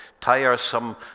tiresome